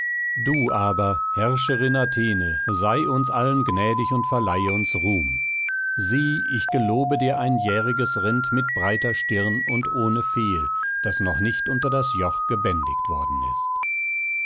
du aber herrscherin athene sei uns allen gnädig und verleihe uns ruhm sieh ich gelobe dir ein jähriges rind mit breiter stirn und ohne fehl das noch nicht unter das joch gebändigt worden ist